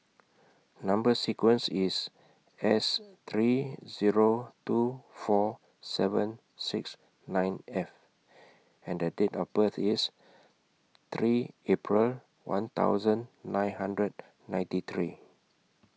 Number sequence IS S three Zero two four seven six nine F and The Date of birth IS three April one thousand nine hundred ninety three